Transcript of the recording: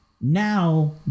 Now